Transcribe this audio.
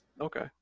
Okay